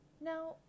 Now